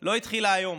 לא התחילה היום.